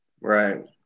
Right